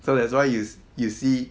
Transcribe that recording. so that's why you you see